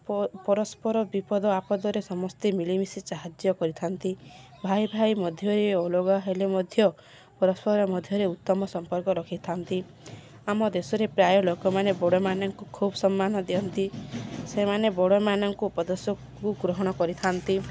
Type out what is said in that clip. ପରସ୍ପର ବିପଦ ଆପଦରେ ସମସ୍ତେ ମିଳିମିଶି ସାହାଯ୍ୟ କରିଥାନ୍ତି ଭାଇ ଭାଇ ମଧ୍ୟରେ ଅଲଗା ହେଲେ ମଧ୍ୟ ପରସ୍ପର ମଧ୍ୟରେ ଉତ୍ତମ ସମ୍ପର୍କ ରଖିଥାନ୍ତି ଆମ ଦେଶରେ ପ୍ରାୟ ଲୋକମାନେ ବଡ଼ମାନଙ୍କୁ ଖୁବ ସମ୍ମାନ ଦିଅନ୍ତି ସେମାନେ ବଡ଼ମାନଙ୍କୁ ଉପଦେଶକୁ ଗ୍ରହଣ କରିଥାନ୍ତି